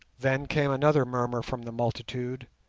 then came another murmur from the multitude,